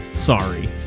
sorry